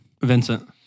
Vincent